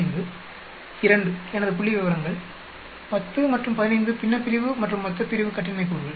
2 எனது F புள்ளிவிவரங்கள் 10 மற்றும் 15 பின்னப்பிரிவு மற்றும் மொத்தப்பிரிவு கட்டின்மை கூறுகள்